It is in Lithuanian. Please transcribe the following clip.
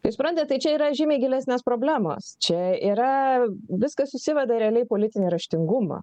tai suprantat tai čia yra žymiai gilesnės problemos čia yra viskas susiveda realiai į politinį raštingumą